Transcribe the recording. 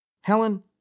Helen